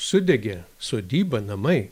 sudegė sodyba namai